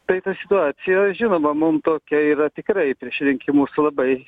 tai ta situacija žinoma mum tokia yra tikrai prieš rinkimus labai